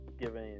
giving